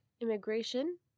immigration